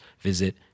visit